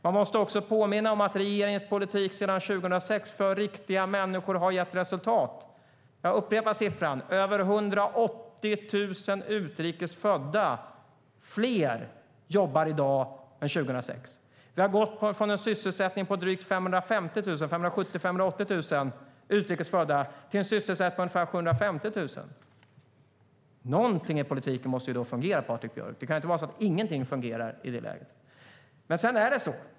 Man måste också påminna om att regeringens politik sedan 2006 för riktiga människor har gett resultat. Jag upprepar siffran: Över 180 000 fler utrikes födda jobbar i dag än vad som var fallet 2006. Vi har gått från en sysselsättning på mellan 550 000 och 580 000 utrikes födda till en sysselsättning på ungefär 750 000. Något i politiken måste då fungera, Patrik Björck. Det kan inte stämma att inget fungerar i det läget.